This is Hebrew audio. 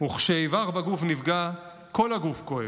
וכשאיבר בגוף נפגע, כל הגוף כואב.